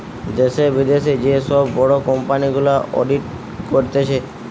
দ্যাশে, বিদ্যাশে যে সব বড় কোম্পানি গুলা অডিট করতিছে